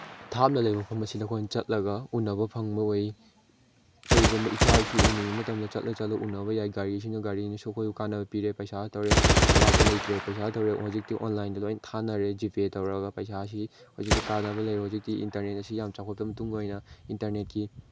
ꯊꯥꯞꯅ ꯂꯩꯕ ꯃꯐꯝ ꯑꯁꯤꯗ ꯑꯩꯈꯣꯏꯅ ꯆꯠꯂꯒ ꯎꯅꯕ ꯐꯪꯕ ꯑꯣꯏ ꯀꯔꯤꯒꯨꯝꯕ ꯏꯆꯥ ꯏꯁꯨ ꯎꯅꯤꯡꯕ ꯃꯇꯝꯗ ꯆꯠꯂ ꯆꯠꯂ ꯎꯅꯕ ꯌꯥꯏ ꯒꯥꯔꯤꯁꯤꯅ ꯒꯥꯔꯤꯅꯁꯨ ꯑꯩꯈꯣꯏ ꯀꯥꯅꯕ ꯄꯤꯔꯦ ꯄꯩꯁꯥ ꯇꯧꯔꯦ ꯑꯋꯥꯠꯄ ꯂꯩꯇ꯭ꯔꯦ ꯄꯩꯁꯥ ꯇꯧꯔꯦ ꯍꯧꯖꯤꯛꯇꯤ ꯑꯣꯟꯂꯥꯏꯟꯗ ꯂꯣꯏ ꯊꯥꯅꯔꯦ ꯖꯤꯄꯦ ꯇꯧꯔꯒ ꯄꯩꯁꯥꯁꯤ ꯍꯧꯖꯤꯛꯇꯤ ꯀꯥꯟꯅꯕ ꯂꯩꯔꯦ ꯍꯧꯖꯤꯛꯇꯤ ꯏꯟꯇꯔꯅꯦꯠꯁꯤ ꯌꯥꯝ ꯆꯥꯎꯈꯠꯄ ꯃꯇꯨꯡ ꯑꯣꯏꯅ ꯏꯟꯇꯔꯅꯦꯠꯀꯤ